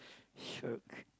shiok